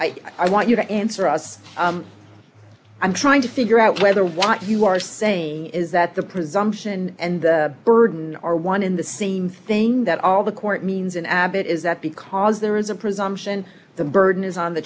i want you to answer us i'm trying to figure out whether what you are saying is that the presumption and burden are one in the same thing that all the court means in abbott is that because there is a presumption the burden is on the